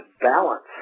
balance